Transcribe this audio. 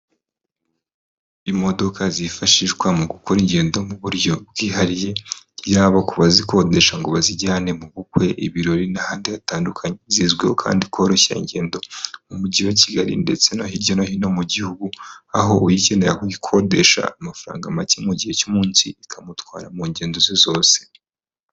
Imodoka zifashishwa mu gukora ingendo mu buryo bwihariye, yaba ku bazikodesha ngo bazijyane mu bukwe, ibirori n'ahandi hatandukanye, zizwiho kandi koroshya ingendo, mu mujyi wa Kigali ndetse no hirya no hino mu gihugu, aho uyikeneyera ayikodesha amafaranga make, mu gihe cy'umunsi, ikamutwara mu ngendo ze zose.